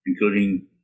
including